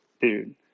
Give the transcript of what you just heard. dude